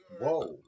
Whoa